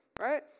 Right